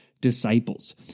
disciples